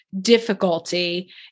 difficulty